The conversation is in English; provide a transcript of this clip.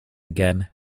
again